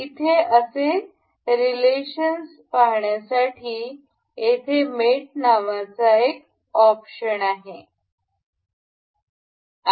इथे असे रिलेशन्स पाहण्यासाठी येथे मेट नावाचा एक ऑप्शनआहे